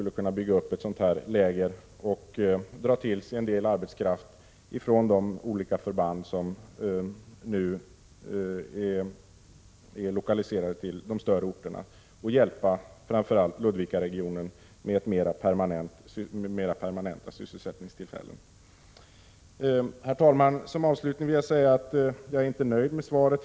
Ett sådant här läger skulle dra till sig en del arbetskraft från de olika förband som nu är lokaliserade till de större orterna, och därmed skulle man hjälpa framför allt Ludvikaregionen med mer permanenta sysselsättningstillfällen. Herr talman! Som avslutning vill jag säga att jag inte är nöjd med svaret.